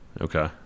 Okay